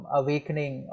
awakening